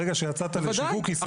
ברגע שיצאת לשיווק ייספרו.